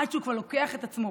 עד שהוא כבר לוקח את עצמו